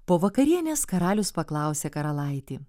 po vakarienės karalius paklausė karalaitį